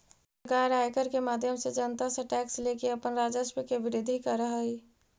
सरकार आयकर के माध्यम से जनता से टैक्स लेके अपन राजस्व के वृद्धि करऽ हई